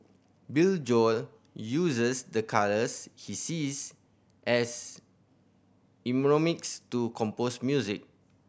Billy Joel uses the colours he sees as mnemonics to compose music